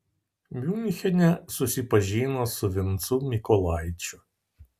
miunchene susipažino su vincu mykolaičiu